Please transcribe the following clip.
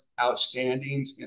outstandings